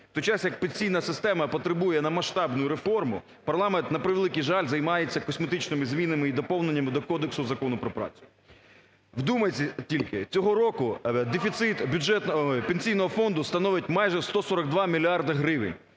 В той час, як пенсійна система потребує на масштабну реформу, парламент, на превеликий жаль, займається косметичними змінами і доповненнями до Кодексу законів про працю. Вдумайтесь тільки: цього року дефіцит Пенсійного фонду становить майже 142 мільярди гривень.